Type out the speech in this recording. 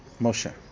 Moshe